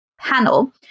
panel